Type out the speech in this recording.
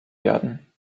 werden